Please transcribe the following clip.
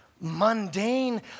mundane